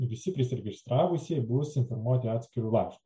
visi prisiregistravusieji bus informuoti atskiru laišku